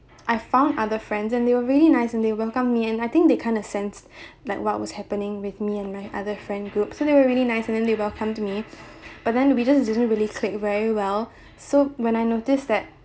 I found other friends and they were really nice and they welcomed me and I think they kind of sense like what was happening with me and my other friend group so they were really nice and then they welcomed me but then we just didn't really clicked very well so when I notice that